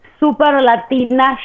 superlatina